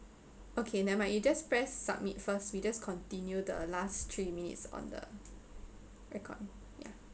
okay never mind you just press submit first we just continue the last three minutes on the record ya